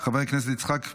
חבר הכנסת יצחק פינדרוס,